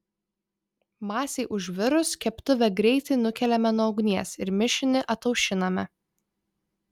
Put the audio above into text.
masei užvirus keptuvę greitai nukeliame nuo ugnies ir mišinį ataušiname